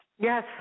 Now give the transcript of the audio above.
Yes